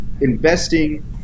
investing